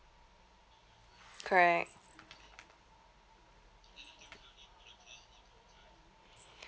correct